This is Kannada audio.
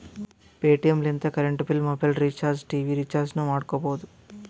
ಪೇಟಿಎಂ ಲಿಂತ current bill, mobile recharge, TV ರಿಚಾರ್ಜನೂ ಮಾಡ್ಕೋಬೋದು